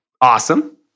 Awesome